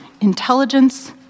intelligence